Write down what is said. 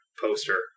poster